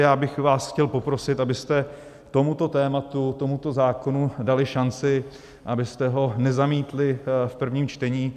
Chtěl bych vás poprosit, abyste tomuto tématu, tomuto zákonu dali šanci, abyste ho nezamítli v prvním čtení.